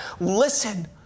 Listen